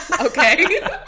okay